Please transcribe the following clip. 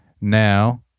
now